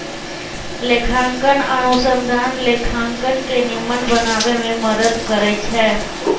लेखांकन अनुसंधान लेखांकन के निम्मन बनाबे में मदद करइ छै